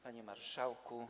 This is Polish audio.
Panie Marszałku!